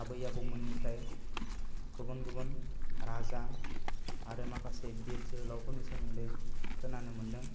आबै आबौमोननिफ्राय गुबुन गुबुन राजा आरो माखासे बिर जोहोलावफोरनि सोमोन्दै खोनानो मोन्दों